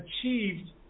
achieved